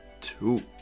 two